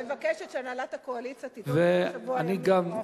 מבקשת שהנהלת הקואליציה תדון בתוך שבוע ימים מה ההחלטה.